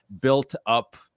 built-up